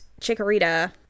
Chikorita